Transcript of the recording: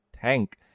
tank